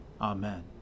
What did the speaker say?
Amen